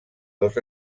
dos